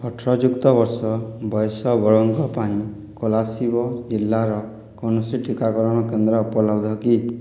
ଅଠର ଯୁକ୍ତ ବର୍ଷ ବୟସ ବର୍ଗ ପାଇଁ କୋଲାସିବ ଜିଲ୍ଲାର କୌଣସି ଟିକାକରଣ କେନ୍ଦ୍ର ଉପଲବ୍ଧ କି